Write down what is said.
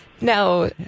Now